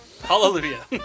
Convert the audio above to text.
Hallelujah